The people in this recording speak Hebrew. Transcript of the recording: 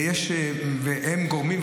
הן גורמות,